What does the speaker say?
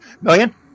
million